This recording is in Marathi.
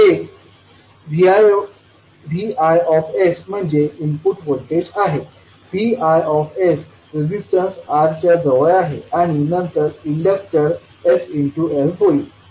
हे Viम्हणजे इनपुट व्होल्टेज आहे Vi रेजिस्टन्स R च्या जवळ आहे आणि नंतर इंडक्टर sL होईल आणि कॅपॅसिटन्स 1sCअसेल